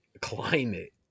climate